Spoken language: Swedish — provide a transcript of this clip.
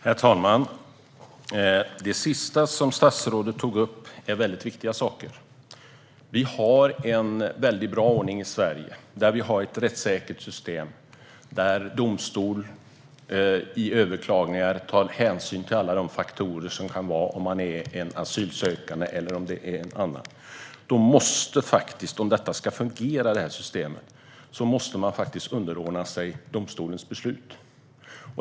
Herr talman! Det sista som statsrådet tog upp är väldigt viktiga saker. Vi har en bra ordning i Sverige med ett rättssäkert system. Domstolar tar i överklagningar hänsyn till alla de faktorer som kan finnas om man är asylsökande eller om det handlar om någon annan. Om detta system ska fungera måste man faktiskt underordna sig domstolens beslut.